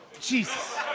Jesus